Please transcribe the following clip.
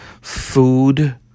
food